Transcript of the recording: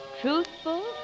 truthful